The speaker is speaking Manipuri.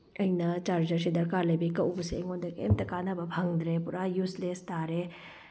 ꯑꯩꯅ ꯆꯥꯔꯖꯔꯁꯤ ꯗꯔꯀꯥꯔ ꯂꯩꯕ ꯀꯛꯎꯕꯁꯦ ꯑꯩꯉꯣꯟꯗ ꯀꯩꯝꯇ ꯀꯥꯟꯅꯕ ꯐꯪꯗ꯭ꯔꯦ ꯄꯨꯔꯥ ꯌꯨꯖꯂꯦꯁ ꯇꯥꯔꯦ